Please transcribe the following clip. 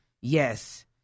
Yes